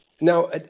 Now